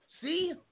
See